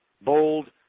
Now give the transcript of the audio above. bold